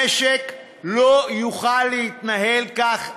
המשק לא יוכל להתנהל כך לעד.